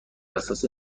اساس